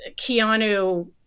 Keanu